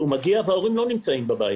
הוא מגיע וההורים לא נמצאים בבית